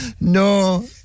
No